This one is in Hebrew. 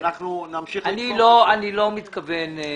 אנחנו נמשיך לתקוף אותם.